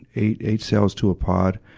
eight, eight cells to a pod.